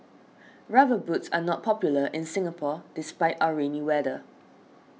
rubber boots are not popular in Singapore despite our rainy weather